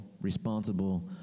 responsible